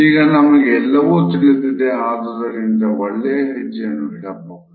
ಈಗ ನಿಮಗೆ ಎಲ್ಲವೂ ತಿಳಿದಿದೆ ಆದುದರಿಂದ ಒಳ್ಳೆಯ ಹೆಜ್ಜೆಯನ್ನು ಹಿಡಬಹುದು